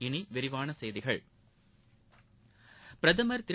இனி விரிவான செய்திகள் பிரதம் திரு